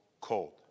cold